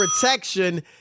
protection